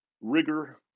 rigor